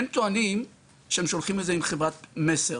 הם טוענים שהם שולחים את זה עם חברת מסר,